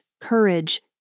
courage